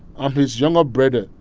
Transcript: i'm his younger brother.